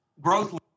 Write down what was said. growth